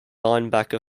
linebacker